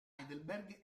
heidelberg